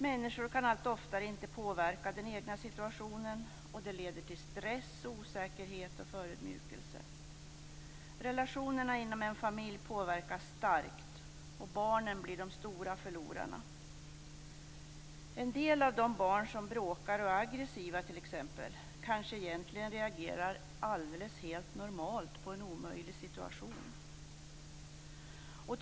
Människor kan alltmer sällan påverka den egna situationen, och det leder till stress, osäkerhet och förödmjukelse. Relationerna inom en familj påverkas starkt, och barnen blir de stora förlorarna. En del av de barn som bråkar och är aggressiva kanske egentligen reagerar helt normalt på en omöjlig situation.